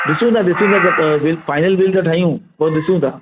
ॾिसूं था ॾिसूं था बिल फ़ाइनल बिल था ठाहियूं पोइ ॾिसूं था